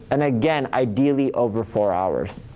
and, again, ideally over four hours.